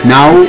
Now